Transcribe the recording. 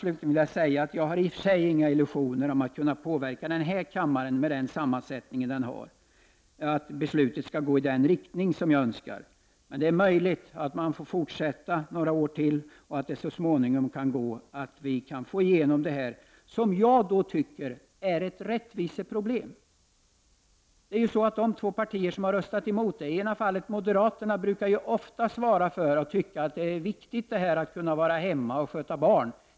Slutligen vill jag säga att jag i och för sig inte har några illusioner om att kunna påverka den här kammaren, med den sammansättning den har, så att beslutet går i den riktning som jag önskar. Men det är möjligt att jag får fortsätta att arbeta för detta några år till och att vi så småningom kan få igenom detta, som jag tycker är ett rättvisekrav. De två partier som har röstat emot är moderaterna och socialdemokraterna. Moderaterna brukar ofta tycka att det är viktigt att kunna vara hemma och sköta barn.